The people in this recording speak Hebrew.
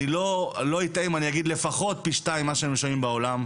אם אני לא טועה לפחות פי שתיים ממה שמשלמים בעולם.